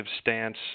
stance